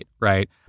right